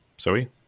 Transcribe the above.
Zoe